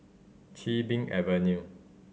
Chin Bee Avenue